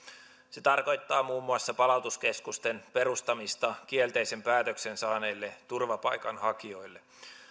se tarkoittaa muun muassa palautuskeskusten perustamista kielteisen päätöksen saaneille turvapaikanhakijoille